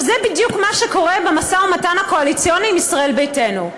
זה בדיוק מה שקורה במשא-ומתן הקואליציוני עם ישראל ביתנו,